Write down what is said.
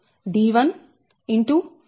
d1